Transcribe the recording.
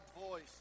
voice